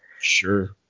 Sure